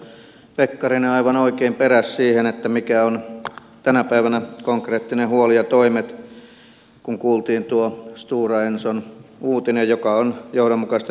edustaja pekkarinen aivan oikein peräsi siihen mikä on tänä päivänä konkreettinen huoli ja mitkä ovat toimet kun kuultiin tuo stora enson uutinen joka on johdonmukaista jatkoa aiemmalle